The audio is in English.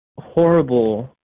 horrible